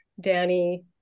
danny